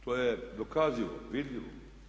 To je dokazivo, vidljivo.